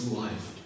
life